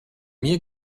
mir